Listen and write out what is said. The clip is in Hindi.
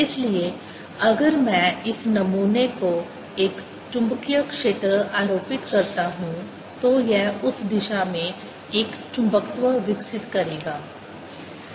इसलिए अगर मैं इस नमूने को एक चुंबकीय क्षेत्र आरोपित करता हूं तो यह उस दिशा में एक चुंबकत्व विकसित करेगा